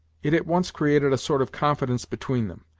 it at once created a sort of confidence between them,